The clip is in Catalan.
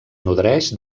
nodreix